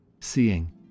seeing